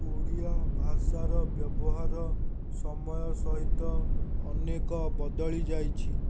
ଓଡ଼ିଆ ଭାଷାର ବ୍ୟବହାର ସମୟ ସହିତ ଅନେକ ବଦଳି ଯାଇଛି